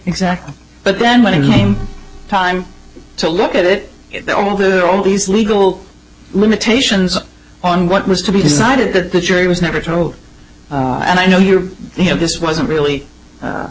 exact but then when it came time to look at it all there all these legal limitations on what was to be decided that the jury was never told and i know you have this wasn't really